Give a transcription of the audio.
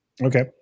Okay